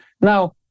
Now